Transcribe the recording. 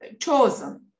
chosen